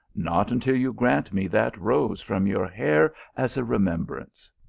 not until you grant me that rose from your hair as a remembrance.